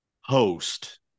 host